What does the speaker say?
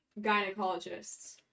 gynecologists